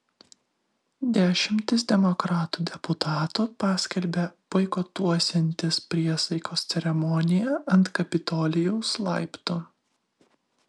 dešimtys demokratų deputatų paskelbė boikotuosiantys priesaikos ceremoniją ant kapitolijaus laiptų